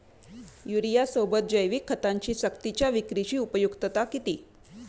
युरियासोबत जैविक खतांची सक्तीच्या विक्रीची उपयुक्तता किती?